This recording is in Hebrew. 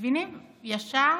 מבינים ישר